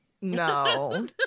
no